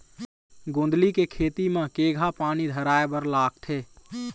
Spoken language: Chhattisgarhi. गोंदली के खेती म केघा पानी धराए बर लागथे?